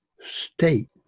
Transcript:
state